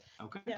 Okay